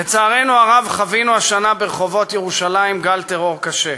לצערנו הרב חווינו השנה ברחובות ירושלים גל טרור קשה.